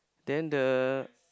then the